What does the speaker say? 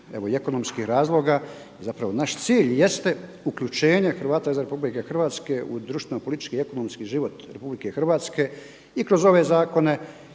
evo i ekonomskih razloga. Zapravo naš cilj jeste uključenje Hrvata izvan RH u društveno, politički i ekonomski život RH i kroz ove zakone